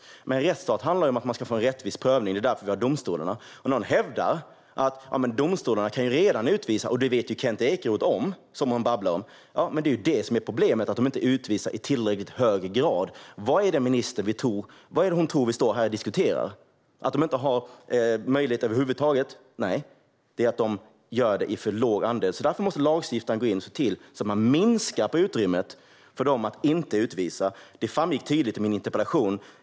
I en rättsstat ska man få en rättvis prövning. Det är därför vi har domstolarna. Hon hävdar att domstolarna redan kan utvisa och babblar om att det vet ju Kent Ekeroth om. Men det är ju det som är problemet: att de inte utvisar i tillräckligt hög grad. Vad är det ministern tror att vi står här och diskuterar? Att domstolarna inte har möjlighet över huvud taget? Nej, det är att för låg andel utvisas. Därför måste lagstiftaren gå in och se till så att man minskar utrymmet för dem att inte utvisa. Detta framgick tydligt i min interpellation.